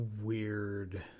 Weird